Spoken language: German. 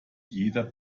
jeder